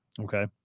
Okay